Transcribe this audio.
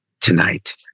Tonight